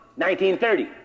1930